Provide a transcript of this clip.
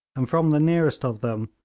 and from the nearest of them,